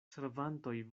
servantoj